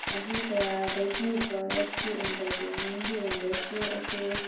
ꯆꯍꯤ ꯀꯌꯥꯗꯒꯤ ꯚꯥꯔꯠꯀꯤ ꯏꯟꯇꯔꯇꯦꯟꯃꯦꯟꯒꯤ ꯏꯟꯗꯁꯇ꯭ꯔꯤ ꯑꯁꯦ